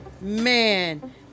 Man